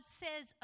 says